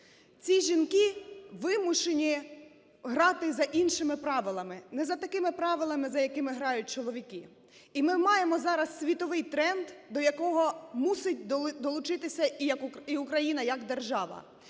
Ці жінки вимушені грати за іншими правилами, не за такими правилами, за якими грають чоловіки. І ми маємо зараз світовий тренд, до якого мусить долучитися і Україна як держава.